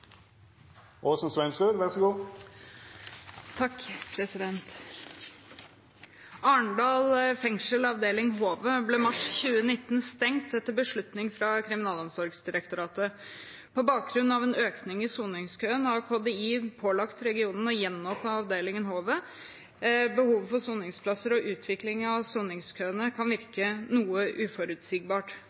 fengsel, avdeling Håvet, ble i mars 2019 stengt etter beslutning fra Kriminalomsorgsdirektoratet . På bakgrunn av en økning i soningskøen har KDI pålagt regionen å gjenåpne avdeling Håvet. Behovet for soningsplasser og utviklingen av soningskøene kan virke noe uforutsigbart.